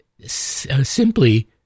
simply